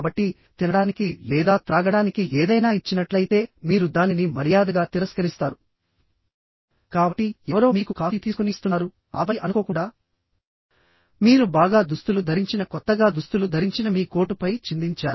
కాబట్టి తినడానికి లేదా త్రాగడానికి ఏదైనా ఇచ్చినట్లయితే మీరు దానిని మర్యాదగా తిరస్కరిస్తారు కాబట్టి ఎవరో మీకు కాఫీ తీసుకుని ఇస్తున్నారు ఆపై అనుకోకుండా మీరు బాగా దుస్తులు ధరించిన కొత్తగా దుస్తులు ధరించిన మీ కోటుపై చిందించారు